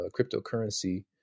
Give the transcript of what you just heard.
cryptocurrency